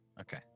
Okay